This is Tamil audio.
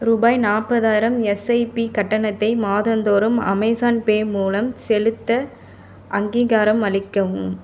ரூபாய் நாற்பதாயிரம் எஸ்ஐபி கட்டணத்தை மாதந்தோறும் அமேஸான் பே மூலம் செலுத்த அங்கீகாரம் அளிக்கவும்